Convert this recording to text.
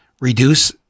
reduce